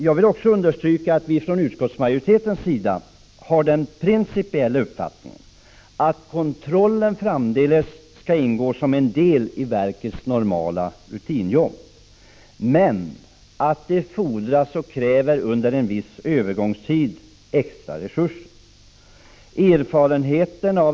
Jag vill också understryka att vi från utskottsmajoritetens sida har den principiella uppfattningen att kontrollen framdeles skall ingå som en del av verkets normala rutinjobb, men att det under en viss övergångstid krävs extra resurser.